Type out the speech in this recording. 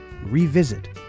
revisit